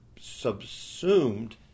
subsumed